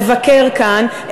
לבקר כאן,